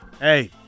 Hey